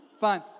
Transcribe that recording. fine